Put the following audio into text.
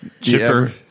Chipper